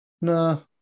No